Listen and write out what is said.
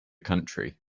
country